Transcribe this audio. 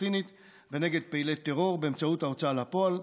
ונגד פעילי טרור באמצעות ההוצאה לפועל,